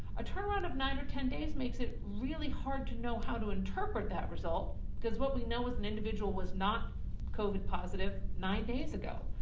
a turnaround of nine or ten days makes it really hard to know how to interpret that result cause what we know is an individual, was not covid positive nine days ago,